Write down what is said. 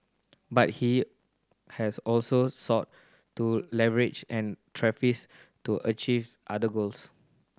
but he has also sought to leverage an tariffs to achieve other goals